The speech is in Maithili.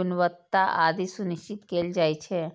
गुणवत्ता आदि सुनिश्चित कैल जाइ छै